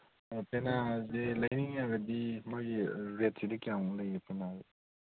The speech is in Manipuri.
ꯄꯦꯅꯥꯁꯦ ꯂꯩꯅꯤꯡꯉꯒꯗꯤ ꯃꯣꯏꯒꯤ ꯔꯦꯠꯁꯤꯗꯤ ꯀꯌꯥꯃꯨꯛ ꯂꯩꯒꯦ ꯄꯦꯅꯥꯁꯦ